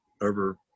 over